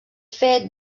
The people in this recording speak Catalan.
fet